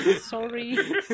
Sorry